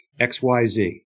XYZ